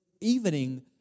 evening